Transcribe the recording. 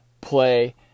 play